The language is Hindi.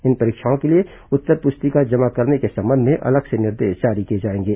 इन परीक्षाओं के लिए उत्तर पुस्तिका जमा करने के संबंध में अलग से निर्देश जारी किए जाएंगे